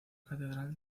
catedral